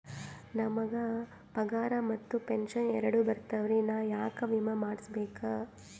ನಮ್ ಗ ಪಗಾರ ಮತ್ತ ಪೆಂಶನ್ ಎರಡೂ ಬರ್ತಾವರಿ, ನಾ ಯಾಕ ವಿಮಾ ಮಾಡಸ್ಬೇಕ?